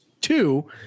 two